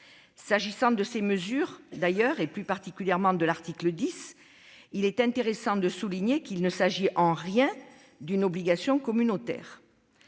S'agissant de ces mesures, et plus particulièrement de l'article 10, il est du reste intéressant de souligner qu'il ne s'agit en rien d'une obligation communautaire.